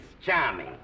Charming